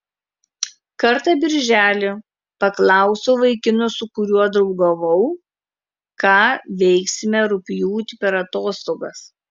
kartą birželį paklausiau vaikino su kuriuo draugavau ką veiksime rugpjūtį per atostogas